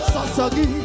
Sasagi